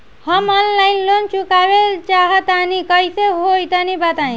हम online loan चुकावल चाहऽ तनि कइसे होई तनि बताई?